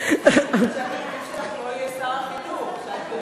שהתקדים שלך לא יהיה שר החינוך שי פירון.